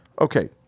Okay